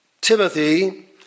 Timothy